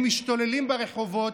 הם משתוללים ברחובות,